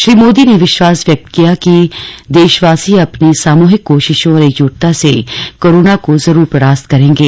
श्री मोदी ने विश्वास व्यक्त किया कि देशवासी अपनी सामूहिक कोशिशों और एकजुटता से कोरोना को जरूर परास्त करेंगे